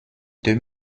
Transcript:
deux